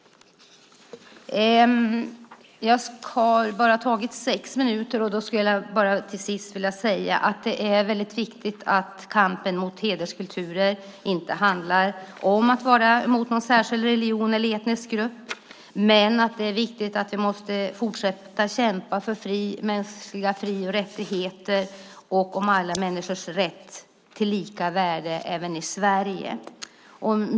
Jag har bara tagit sex minuter av min talartid i anspråk. Jag skulle till sist vilja säga att kampen mot hederskulturer inte handlar om att vara emot någon särskild religion eller etnisk grupp. Men det är viktigt att fortsätta att kämpa för mänskliga fri och rättigheter och alla människors rätt till lika värde även i Sverige.